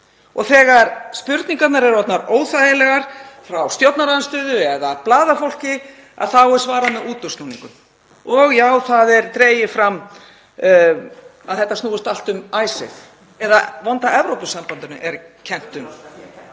Þegar spurningarnar eru orðnar óþægilegar frá stjórnarandstöðu eða blaðafólki þá er svarað með útúrsnúningum. Og já, það er dregið fram að þetta snúist allt um Icesave eða að vonda Evrópusambandinu er kennt um.